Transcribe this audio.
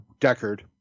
Deckard